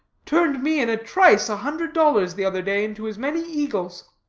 turned me in a trice a hundred dollars the other day into as many eagles.